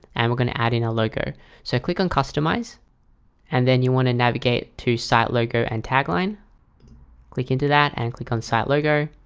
and we're going to add in a logo so click on customize and then you want to navigate to site logo and tagline click into that and click on site logo